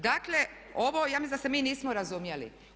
Dakle, ovo ja mislim da se mi nismo razumjeli.